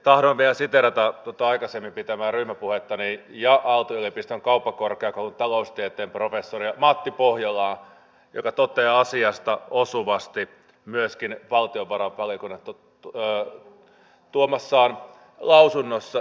tahdon vielä siteerata aikaisemmin pitämääni ryhmäpuhetta ja aalto yliopiston kauppakorkeakoulun taloustieteen professoria matti pohjolaa joka toteaa asiasta osuvasti myöskin valtiovarainvaliokuntaan tuomassaan lausunnossa